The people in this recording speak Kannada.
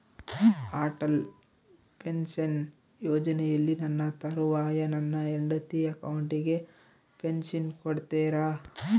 ಅಟಲ್ ಪೆನ್ಶನ್ ಯೋಜನೆಯಲ್ಲಿ ನನ್ನ ತರುವಾಯ ನನ್ನ ಹೆಂಡತಿ ಅಕೌಂಟಿಗೆ ಪೆನ್ಶನ್ ಕೊಡ್ತೇರಾ?